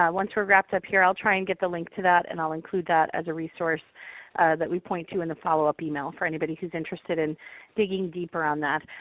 um once we're wrapped up here, i'll try and get the link to that, and i'll include that as a resource that we point to in the follow-up email, for anybody who's interested in digging deeper on that.